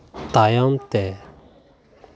ᱛᱟᱭᱚᱢ ᱛᱮ